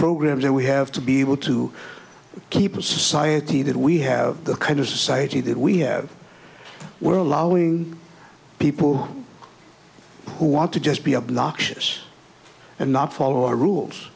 programs that we have to be able to keep a society that we have the kind of society that we have we're allowing people who want to just be obnoxious and not follow